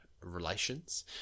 relations